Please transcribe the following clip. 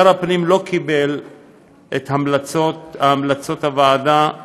שר הפנים לא קיבל את המלצות הוועדה דאז,